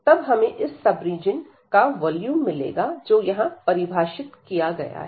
तब हमें इस सब रीजन का वॉल्यूम मिलेगा जो यहां परिभाषित किया गया है